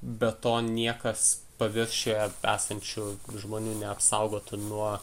be to niekas paviršiuje esančių žmonių neapsaugotų nuo